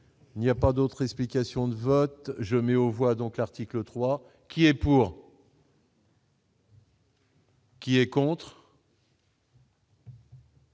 il n'y a pas d'autre explication de vote, je mets au voit donc l'article 3 qui est pour. Qui s'abstient,